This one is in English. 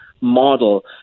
model